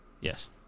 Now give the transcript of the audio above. Yes